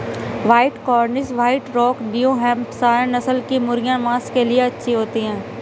white Cornish, White Rock, New Hampshire नस्ल की मुर्गियाँ माँस के लिए अच्छी होती हैं